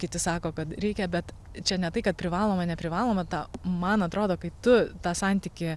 kiti sako kad reikia bet čia ne tai kad privaloma neprivaloma tau man atrodo kai tu tą santykį